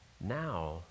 Now